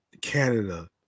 Canada